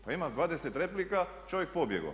Pa ima 20 replika, čovjek pobjego.